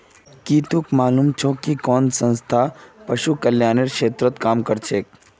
की तोक मालूम छोक कुन संस्था पशु कल्याण क्षेत्रत काम करछेक